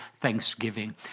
thanksgiving